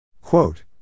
Quote